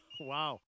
Wow